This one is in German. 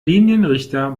linienrichter